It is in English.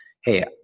hey